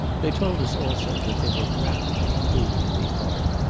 they told us also, that they were rapidly improving in the art,